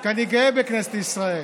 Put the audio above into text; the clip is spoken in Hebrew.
כי אני גאה בכנסת ישראל,